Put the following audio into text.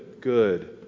good